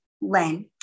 Len